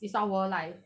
it's our like